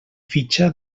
fitxa